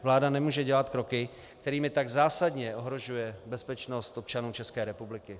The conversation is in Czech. Vláda nemůže dělat kroky, kterými tak zásadně ohrožuje bezpečnost občanů České republiky.